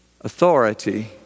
authority